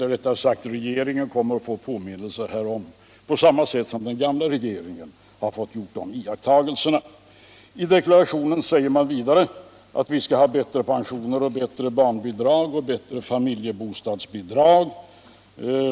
Regeringen kommer att få påminnelser härom på samma sätt som den gamla regeringen har fått göra de iakttagelserna. I regeringsdeklarationen säger man vidare att vi skall ha bättre pensioner, bittre barnbidrag och bättre familjebostadsbidrag.